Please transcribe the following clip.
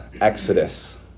exodus